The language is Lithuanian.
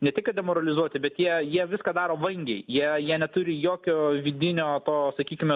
ne tik kad demoralizuoti bet jie jie viską daro vangiai jie jie neturi jokio vidinio to sakykime